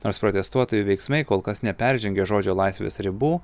nors protestuotojų veiksmai kol kas neperžengia žodžio laisvės ribų